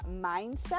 mindset